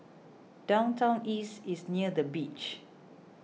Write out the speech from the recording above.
Downtown East is near the beach